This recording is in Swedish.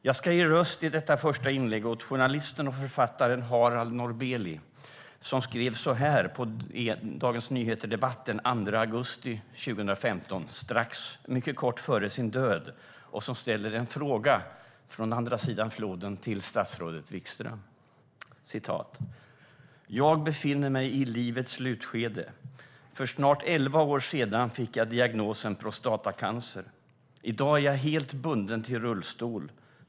Jag ska i mitt första inlägg här ge röst åt journalisten och författaren Harald Norbelie som kort före sin död skrev följande på DN Debatt den 2 augusti 2015, och han ställer en fråga till statsrådet Wikström från andra sidan floden. "Jag befinner mig i livets slutskede. För snart elva år sedan fick jag diagnosen prostatacancer. - I dag är jag helt bunden till rullstol.